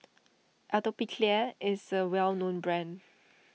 Atopiclair is a well known brand